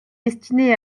destiné